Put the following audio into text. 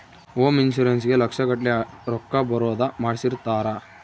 home insurance ಗೇ ಲಕ್ಷ ಗಟ್ಲೇ ರೊಕ್ಕ ಬರೋದ ಮಾಡ್ಸಿರ್ತಾರ